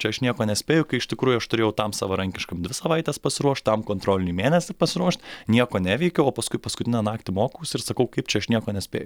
čia aš nieko nespėju kai iš tikrųjų aš turėjau tam savarankiškam dvi savaites pasiruošt tam kontroliniui mėnesį pasiruošt nieko neveikiu o paskui paskutinę naktį mokausi ir sakau kaip čia aš nieko nespėju